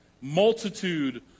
Multitude